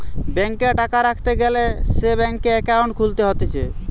ব্যাংকে টাকা রাখতে গ্যালে সে ব্যাংকে একাউন্ট খুলতে হতিছে